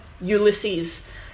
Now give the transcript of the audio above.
Ulysses